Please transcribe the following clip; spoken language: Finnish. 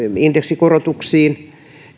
indeksikorotuksiin